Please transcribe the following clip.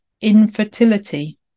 infertility